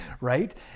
Right